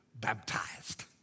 baptized